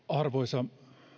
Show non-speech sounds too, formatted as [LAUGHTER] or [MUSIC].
[UNINTELLIGIBLE] arvoisa